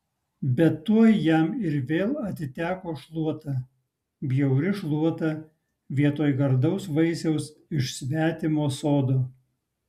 bet tuoj jam ir vėl atiteko šluota bjauri šluota vietoj gardaus vaisiaus iš svetimo sodo